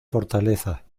fortaleza